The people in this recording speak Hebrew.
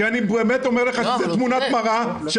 כי אני באמת אומר לך שזאת תמונת מראה של